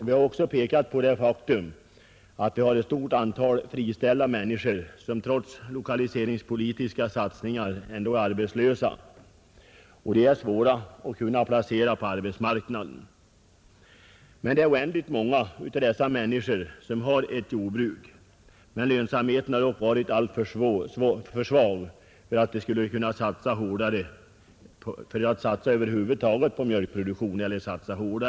Vi har också pekat på det faktum att vi har ett stort antal friställda människor som trots lokaliseringspolitiska satsningar ändå är arbetslösa. De är svåra att placera på arbetsmarknaden. Oändligt många av dessa människor har ett jordbruk, där lönsamheten dock har varit alltför svag för att de skulle ha kunnat satsa hårdare på mjölkproduktion.